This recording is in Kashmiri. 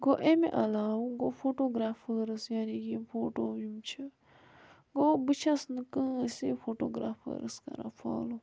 گوٚو اَمہِ علاوٕ گوٚو فوٹوگرٛافٲرٕس یعنی کہِ یِم فوٹو یِم چھِ گوٚو بہٕ چھیٚس نہٕ کٲنٛسے فوٹوگرٛافرَس کَران فالو